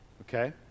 Okay